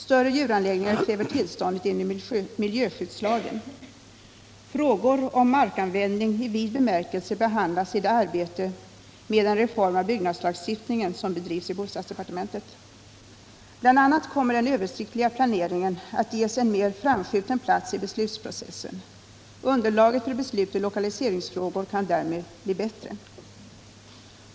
Större djuranläggningar kräver tillstånd enligt miljöskyddslagen. Frågor om markanvändning i vid bemärkelse behandlas i det arbete med en reform av byggnadslagstiftningen som bedrivs i bostadsdepartementet. Bl. a. kommer den översiktliga planeringen att ges en mer framskjuten plats i beslutsprocessen. Underlaget för beslut i lokaliseringsfrågor kan därmed bli bättre.